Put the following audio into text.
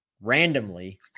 randomly